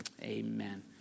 amen